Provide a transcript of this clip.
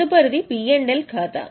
తదుపరిది P L ఖాతా